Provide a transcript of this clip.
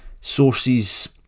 Sources